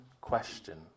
question